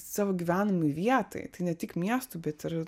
savo gyvenamai vietai tai ne tik miestui bet ir